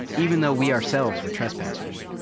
even though we ourselves were trespassers.